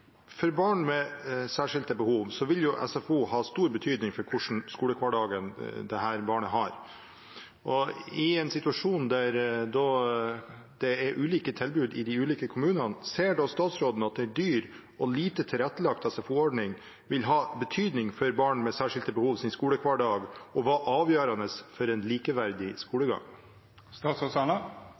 barn med særskilte behov vil SFO ha stor betydning for hva slags skolehverdag dette barnet har. I en situasjon med ulike tilbud i ulike kommuner ser statsråden at en dyr og lite tilrettelagt SFO-ordning vil ha betydning for skoledagen til barn med særskilte behov og være avgjørende for en likeverdig